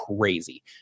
crazy